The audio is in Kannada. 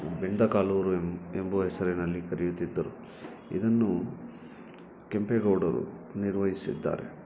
ಬೆಂದಕಾಳೂರು ಎಂಬ ಎಂಬುವ ಹೆಸರಿನಲ್ಲಿ ಕರೆಯುತ್ತಿದ್ದರು ಇದನ್ನು ಕೆಂಪೇಗೌಡರು ನಿರ್ವಹಿಸಿದ್ದಾರೆ